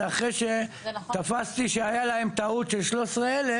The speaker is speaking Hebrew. זה אחרי שתפסתי שהיה להם טעות של 13,000